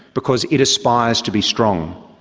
because it aspires to be strong.